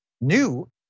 new